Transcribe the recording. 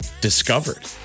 discovered